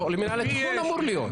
לא, למינהל התכנון אמור להיות.